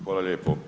Hvala lijepo.